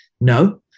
no